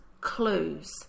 clues